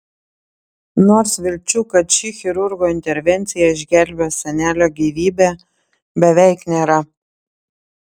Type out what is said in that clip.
nors vilčių kad ši chirurgo intervencija išgelbės senelio gyvybę beveik nėra